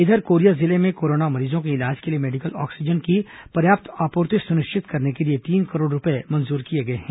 इधर कोरिया जिले में कोरोना मरीजों के इलाज के लिए मेडिकल ऑक्सीजन की पर्याप्त आपूर्ति सुनिश्चित करने के लिए तीन करोड़ रूपये मंजूर किए गए हैं